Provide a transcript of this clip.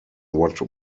what